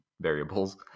variables